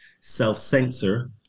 self-censor